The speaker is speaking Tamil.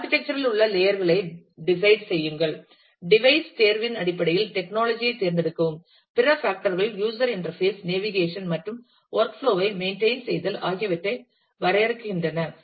ஆர்க்கிடெக்சர் இல் உள்ள லேயர் களைத் Decide செய்யுங்கள் டிவைஸ் தேர்வின் அடிப்படையில் டெக்னாலஜி ஐ தேர்ந்தெடுக்கவும் பிற ஃபேக்டர் கள் யூஸர் இன்டர்பேஸ் நேவிகேஷன் மற்றும் வொர்க் புளோ ஐ மெயின்டெயின் செய்தல் ஆகியவற்றை வரையறுக்கின்றன